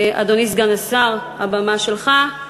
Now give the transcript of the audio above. אדוני סגן השר, הבמה שלך.